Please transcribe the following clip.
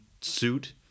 suit